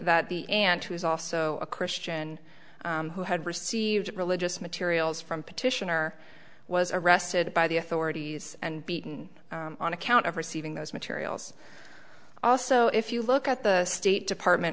that the aunt who is also a christian who had received religious materials from petitioner was arrested by the authorities and beaten on account of receiving those materials also if you look at the state department